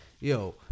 Yo